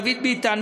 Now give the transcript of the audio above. דוד ביטן,